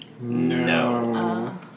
No